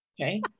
okay